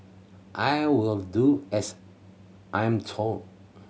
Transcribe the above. I will do as I'm told